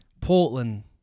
Portland